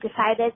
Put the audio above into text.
decided